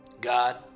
God